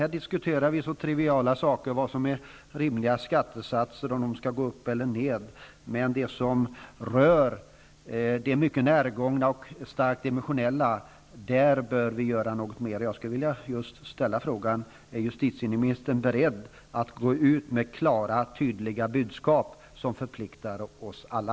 Här diskuterar vi så triviala saker -- vad som är rimliga skattesatser, om de skall gå upp eller ned -- men när det gäller det som rör det mycket närgångna och starkt emotionella bör vi göra något mer. Jag skulle vilja ställa just frågan: Är justitieministern beredd att gå ut med klara och tydliga budskap som förpliktar oss alla?